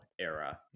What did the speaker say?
era